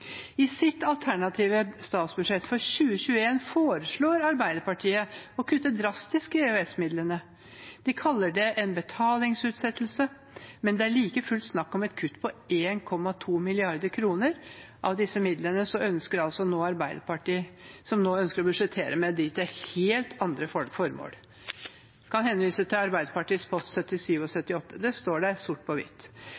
I sitt alternative statsbudsjett for 2021 foreslår Arbeiderpartiet å kutte drastisk i EØS-midlene. De kaller det en betalingsutsettelse, men det er like fullt snakk om et kutt. 1,2 mrd. kr av disse midlene ønsker Arbeiderpartiet nå å budsjettere med til helt andre formål – jeg kan henvise til Arbeiderpartiets post 77 og